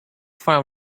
file